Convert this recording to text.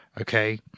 Okay